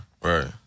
right